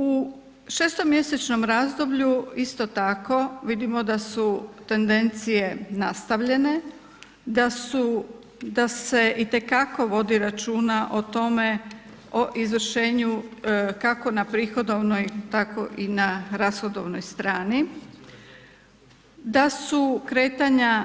U šestomjesečnom razdoblju isto tako vidimo da su tendencije nastavljene, da su, da se itekako vodi računa o tome o izvršenju, kako na prihodovnoj tako i na rashodovnoj strani, a su kretanja